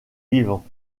vivant